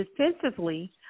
defensively